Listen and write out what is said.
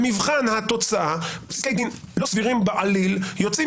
במבחן התוצאה פסקי דין לא סבירים בעליל יוצאים